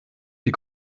die